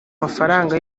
mafaranga